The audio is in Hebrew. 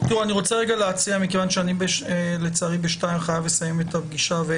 בשעה 14:00 אני לצערי חייב לסיים את הדיון וכן